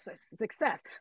success